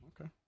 Okay